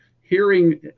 hearing